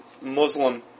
Muslim